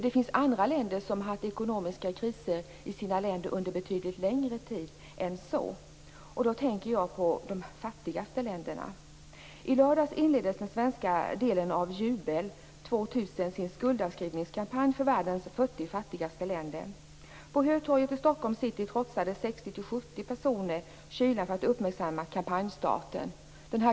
Det finns andra länder som har haft ekonomiska kriser under betydligt längre tid än så. Jag tänker på de fattigaste länderna. I lördags inleddes den svenska delen av Jubel 2000 sin skuldavskrivningskampanj för världens 40 fattigaste länder. På Hötorget i Stockholms city trotsade 60-70 personer kylan för att uppmärksamma kampanjstarten.